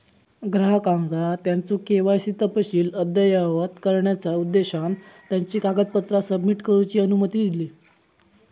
ग्राहकांका त्यांचो के.वाय.सी तपशील अद्ययावत करण्याचा उद्देशान त्यांची कागदपत्रा सबमिट करूची अनुमती दिली